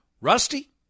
Rusty